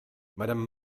madame